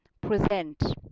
present